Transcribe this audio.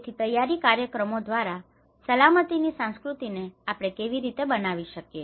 તેથી તૈયારી કાર્યક્રમો દ્વારા સલામતીની આ સંસ્કૃતિને આપણે કેવી રીતે બનાવી શકીએ